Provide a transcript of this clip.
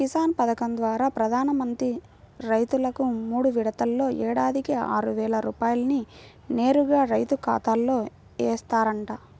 కిసాన్ పథకం ద్వారా ప్రధాన మంత్రి రైతుకు మూడు విడతల్లో ఏడాదికి ఆరువేల రూపాయల్ని నేరుగా రైతు ఖాతాలో ఏస్తారంట